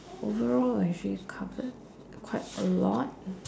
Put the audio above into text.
overall actually covered quite a lot